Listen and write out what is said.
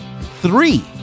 three